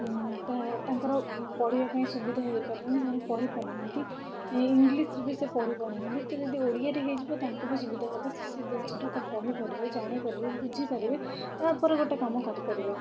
ତ ତାଙ୍କର ପଢ଼ିବାପାଇଁ ସୁବିଧା ହେଇପାରିବ ସେମାନେ ପଢ଼ି ପାରୁନାହାନ୍ତି ଇଂଗ୍ଲିଶ୍ରେ ବି ସେ ପଢ଼ିପାରୁ ନାହାନ୍ତି ତ ଯଦି ଓଡ଼ିଆ ଟିକେ ହେଇଯିବ ତ ତାଙ୍କୁ ବି ସୁବିଧା ହେବ ସେ ଜିନିଷଟାକୁ ପଢ଼ିପାରିବେ ଜାଣିପାରିବେ ବୁଝିପାରିବେ ତା'ପରେ ଗୋଟେ କାମ କରିପାରିବେ